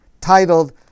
titled